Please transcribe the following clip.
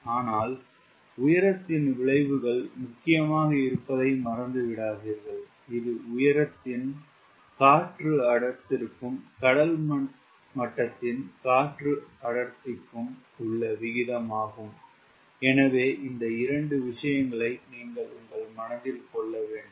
ஆனால் உயரத்தின் விளைவுகள் முக்கியமாக இருப்பதை மறந்துவிடாதீர்கள் இது உயரத்தின் காற்று அடர்த்திக்கும் கடல் மட்டத்தின் காற்று அடர்த்திக்கும் உள்ள விகிதம் ஆகும் எனவே இந்த 2 விஷயங்களை நீங்கள் உங்கள் மனதில் கொள்ள வேண்டும்